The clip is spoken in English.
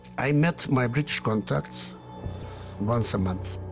i met my british contacts once a month.